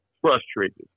frustrated